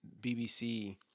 bbc